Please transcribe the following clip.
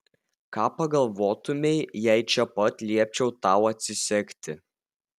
ką pagalvotumei jei čia pat liepčiau tau atsisegti